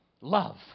Love